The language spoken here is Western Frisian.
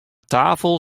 tafel